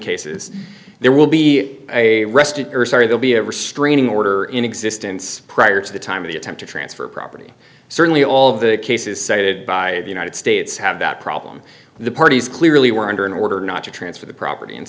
cases there will be a rested or sorry they'll be a restraining order in existence prior to the time of the attempt to transfer property certainly all of the cases cited by the united states have that problem the parties clearly were under an order not to transfer the property and